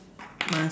must